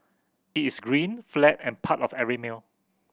it is green flat and part of every meal